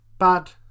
bad